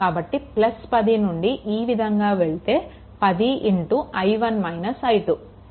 కాబట్టి 10 నుండి ఈ విధంగా వెళ్తే 10 i1 - i2